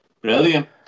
Brilliant